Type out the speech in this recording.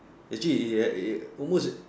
actually almost